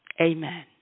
Amen